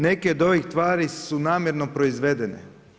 Neke od ovih tvari su namjerno proizvede.